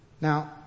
Now